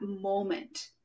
moment